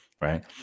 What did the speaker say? Right